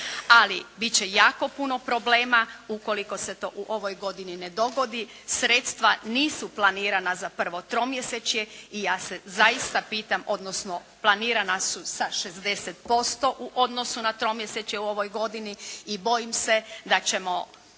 Ali bit će jako puno problema ukoliko se to u ovoj godini ne dogodi. Sredstva nisu planirana za prvo tromjesečje i ja se zaista pitam odnosno planirana su sa 60% u odnosu na tromjesečje u ovoj godini i bojim se da ćemo